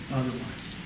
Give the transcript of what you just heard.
otherwise